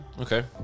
Okay